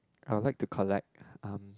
I would like to collect um